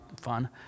fun